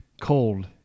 Cold